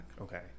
Okay